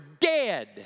dead